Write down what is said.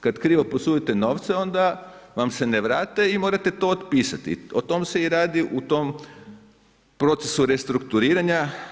Kad krivo posudite novce onda vam se ne vrate i morate to otpisati i o tome se i radi u tom procesu restrukturiranja.